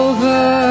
Over